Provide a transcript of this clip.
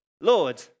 Lord